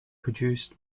produced